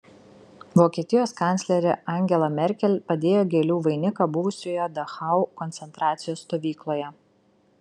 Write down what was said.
vokietijos kanclerė angela merkel padėjo gėlių vainiką buvusioje dachau koncentracijos stovykloje